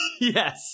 yes